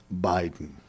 Biden